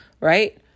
right